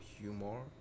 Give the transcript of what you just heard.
humor